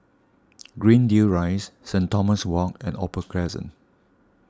Greendale Rise Saint Thomas Walk and Opal Crescent